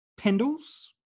Pendles